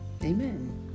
Amen